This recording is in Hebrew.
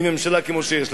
עם ממשלה כמו שיש לנו,